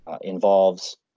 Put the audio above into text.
involves